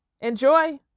enjoy